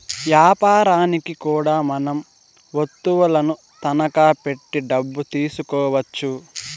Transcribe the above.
యాపారనికి కూడా మనం వత్తువులను తనఖా పెట్టి డబ్బు తీసుకోవచ్చు